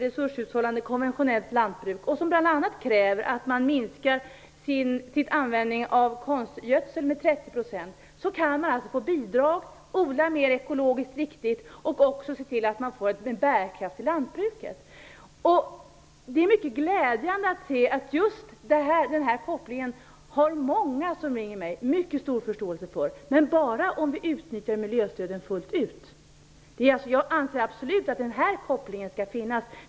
Resurshushållande konventionellt lantbruk, och som bl.a. kräver att man minskar sin användning av konstgödsel med 30 % kan man få bidrag, odla mer ekologiskt riktigt och också se till att man får en bärkraft i lantbruket. Det är mycket glädjande att se att många av dem som ringer mig har mycket stor förståelse för den här kopplingen, men bara om vi utnyttjar miljöstöden fullt ut. Jag anser absolut att den här kopplingen skall finnas.